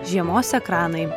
žiemos ekranai